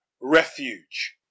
refuge